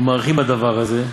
ומאריכין עמו בדבר הזה,